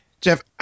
Jeff